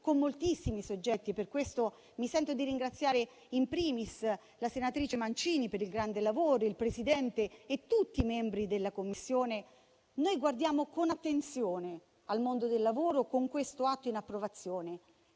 con moltissimi soggetti. Per questo mi sento di ringraziare *in primis* la senatrice Mancini per il grande lavoro svolto, il Presidente e tutti i membri della Commissione. Noi guardiamo con attenzione al mondo del lavoro, con questo atto in approvazione,